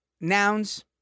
nouns